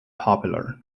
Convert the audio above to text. popular